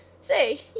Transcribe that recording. Say